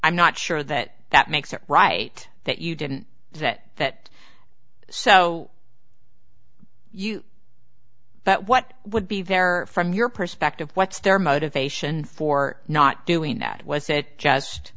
i'm not sure that that makes it right that you didn't set that so you that what would be there from your perspective what's their motivation for not doing that was it just